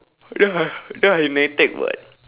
ya ya in NITEC [what]